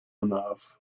enough